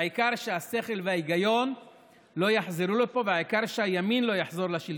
העיקר שהשכל וההיגיון לא יחזרו לפה והעיקר שהימין לא יחזור לשלטון.